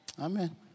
Amen